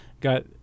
got